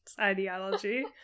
ideology